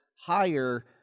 higher